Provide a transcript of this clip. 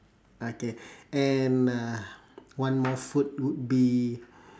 okay and uh one more food would be